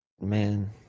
Man